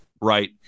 right